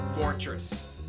Fortress